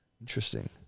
Interesting